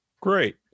Great